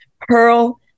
Pearl